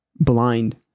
blind